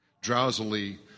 drowsily